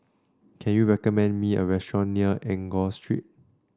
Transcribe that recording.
can you recommend me a restaurant near Enggor Street